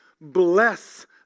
Bless